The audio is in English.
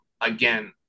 again